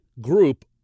group